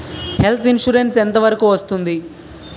Health insurance ఎంత వరకు వస్తుంది?